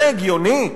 זה הגיוני?